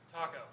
Taco